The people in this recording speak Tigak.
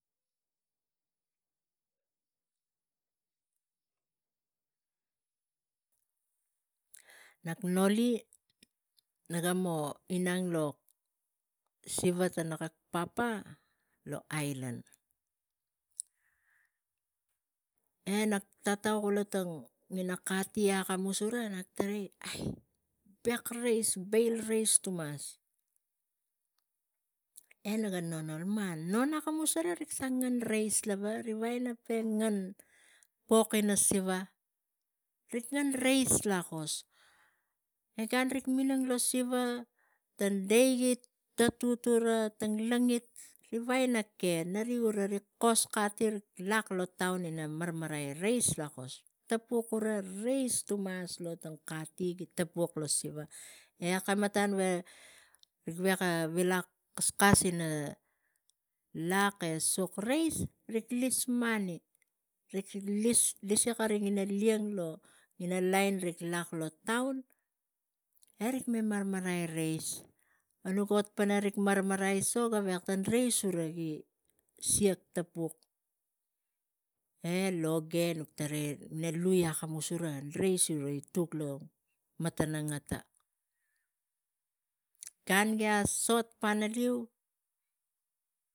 Nau wo nuuk noli pana tavai tang kival ina reis o bogo ne gavek gura rik pising e pata marakani tang pok. Ta pok gura, pok tana ina wait man ura kara mas pe ngani ngusi garavai stori ina reis lava gura ga uneng. Na veko kalapang tang ina kongkong ara riga ima e rik aino rik ima kum pana reis auneng e non lo siva rik tapal ina ngen reis, ngen reis lava malang reis lava ga pok lava gaveka kanu pok rig ngen. Non rik sa noli tang reis lakos rik mas tokon pal lieng iri marmarai reis fkuk mat gi laliek, popo gura rik stat iri taptap pangai inangen reis e kara veko tokon pok e tang reis ri ina reis non rik e fiseris rik tokon reis lava. Ri veko kalapang asasaro lava wo kara ngen so malang na kara e e tigak. Nau wo nuk noli pana tavai